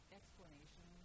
explanation